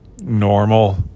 normal